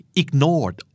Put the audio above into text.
ignored